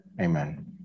Amen